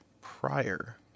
prior